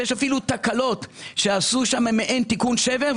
שיש תקלות שעשו מעין תיקון שבר,